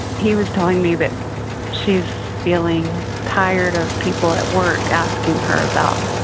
he was telling me that she's feeling tired of people at work asking her about,